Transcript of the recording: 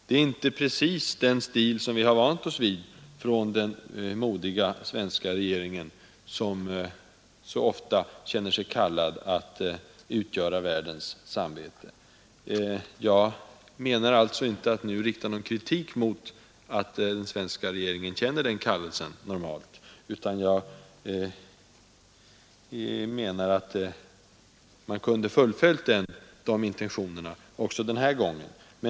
Detta är inte precis den stil som vi har vant oss vid från den modiga svenska regeringen, som så ofta känner sig kallad att utgöra världens samvete. Jag avser inte att nu rikta någon kritik mot att den svenska regeringen normalt känner den kallelsen, utan jag menar att man kunde ha fullföljt de intentionerna också den här gången.